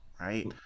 right